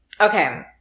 Okay